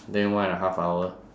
then one and a half hour